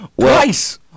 Twice